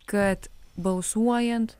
kad balsuojant